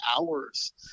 hours